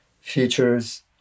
features